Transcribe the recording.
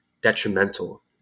detrimental